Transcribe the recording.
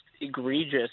egregious